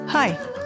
Hi